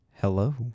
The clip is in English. Hello